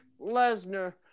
Lesnar